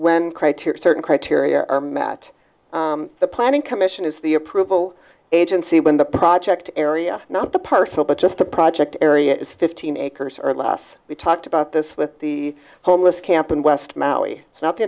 when criteria certain criteria are met the planning commission is the approval agency when the project area not the parcel but just a project area is fifteen acres or less we talked about this with the homeless camp in west maui it's not the